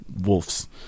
wolves